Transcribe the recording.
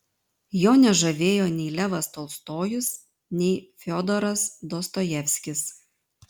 jo nežavėjo nei levas tolstojus nei fiodoras dostojevskis